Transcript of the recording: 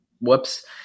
whoops